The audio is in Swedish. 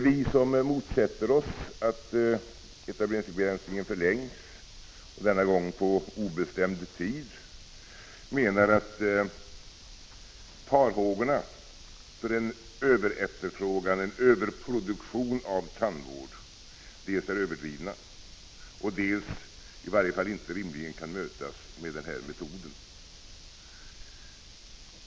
Visom motsätter oss att etableringsbegränsningen förlängs, denna gång på obestämd tid, menar att farhågorna för en överefterfrågan och en överproduktion av tandvård dels är överdrivna, dels i varje fall inte rimligen kan mötas med den här metoden.